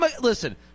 listen